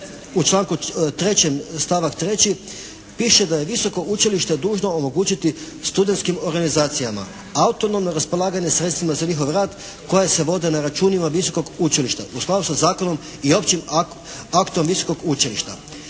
U članku 3. stavak 3. piše da je visoko učilište dužno omogućiti studentskim organizacijama autonomno raspolaganje sredstvima za njihov rad koji se vode na računima visokog učilišta u skladu sa zakonom i općim aktom visokog učilišta.